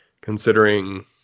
considering